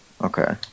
Okay